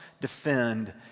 defend